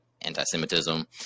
anti-Semitism